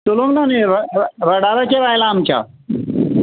चलोवना न्ही रडाराचेर आयलां आमच्या